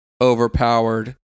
overpowered